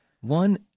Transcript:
One